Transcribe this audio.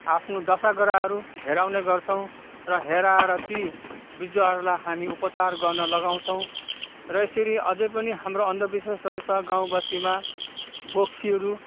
आफ्नो दसा ग्रहहरू हेराउने गर्छौँ र हेराएर ती बिजुवाहरूलाई हामी उपचार गर्न लगाउँछौँ र यसरी अझै पनि हाम्रो अन्धविश्वासहरू छ गाउँ बस्तीमा बोक्सीहरू